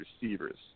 receivers